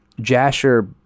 jasher